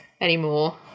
anymore